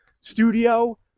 studio